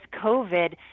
COVID